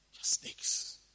Snakes